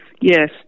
Yes